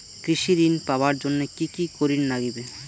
কৃষি ঋণ পাবার জন্যে কি কি করির নাগিবে?